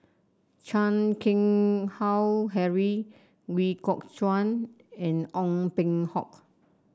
Chan Keng Howe Harry Ooi Kok Chuen and Ong Peng Hock